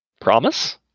Promise